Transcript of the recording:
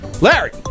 Larry